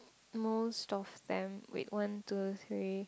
most of them wait one two three